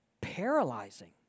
paralyzing